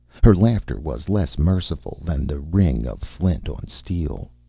her laughter was less merciful than the ring of flint on steel.